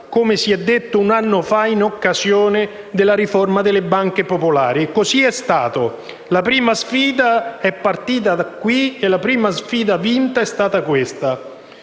come si è ribadito un anno fa in occasione della riforma delle banche popolari. Così è stato. La prima sfida è partita da qui e la prima sfida vinta è stata questa: